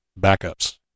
backups